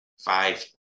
Five